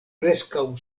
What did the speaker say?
preskaŭ